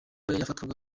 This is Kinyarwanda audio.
yafatwaga